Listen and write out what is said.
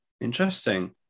Interesting